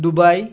Dubai